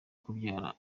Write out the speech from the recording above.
kubyara